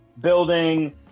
building